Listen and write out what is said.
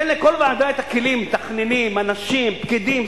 תן לכל ועדה את הכלים, מתכננים, אנשים, פקידים.